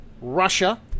Russia